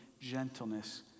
gentleness